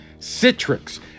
Citrix